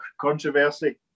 controversy